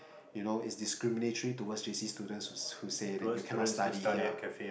you know it's discriminatory towards J_C students who who say that you cannot study here